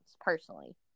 personally